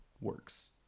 works